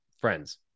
friends